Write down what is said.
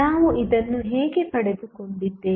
ನಾವು ಇದನ್ನು ಹೇಗೆ ಪಡೆದುಕೊಂಡಿದ್ದೇವೆ